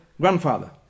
grandfather